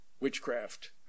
witchcraft